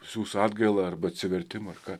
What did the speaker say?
siųs atgailą arba atsivertimą ar ką